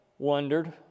Wondered